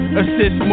assist